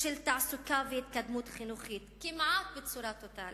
של תעסוקה והתקדמות חינוכית כמעט בצורה טוטלית.